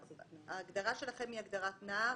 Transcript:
ההגדרה שלכם היא הגדרת נער.